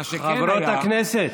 חברות הכנסת,